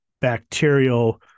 bacterial